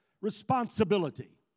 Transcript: responsibility